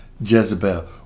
Jezebel